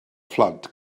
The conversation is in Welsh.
phlant